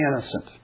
innocent